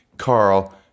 Carl